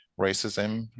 racism